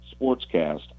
sportscast